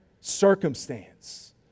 circumstance